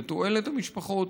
לתועלת המשפחות,